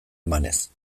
emanez